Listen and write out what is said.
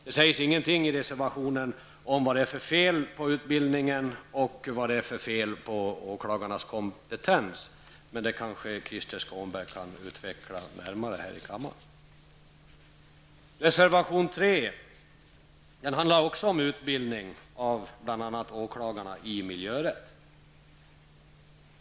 Det sägs inget i reservationen om vad det är för fel på utbildningen och på åklagarnas kompetens, men det kanske Krister Skånberg kan utveckla närmare. Reservation 3 handlar också om utbildning av bl.a. åklagare i miljörätt.